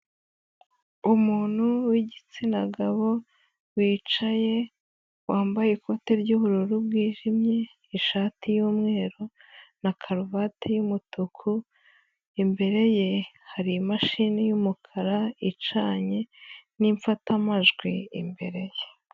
Umuntu w'igitsina gabo wicaye, wambaye ikote ry'ubururu bwijimye, ishati y'umweru na karuvati y'umutuku, imbere ye hari imashini y'umukara icanye n'imfatamajwi imbere ye.